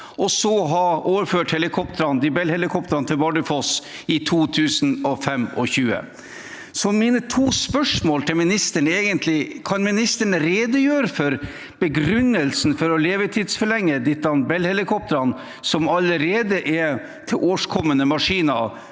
og så ha overført Bell-helikoptrene til Bardufoss i 2025? Så mine to spørsmål til ministeren er: Kan ministeren redegjøre for begrunnelsen for å levetidsforlenge disse Bell-helikoptrene, som allerede er tilårskomne maskiner,